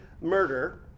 murder